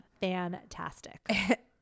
fantastic